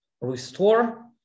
restore